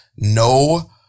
No